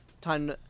Time